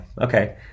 Okay